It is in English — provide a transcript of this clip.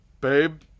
babe